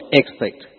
expect